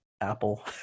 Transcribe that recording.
apple